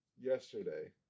yesterday